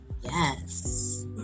Yes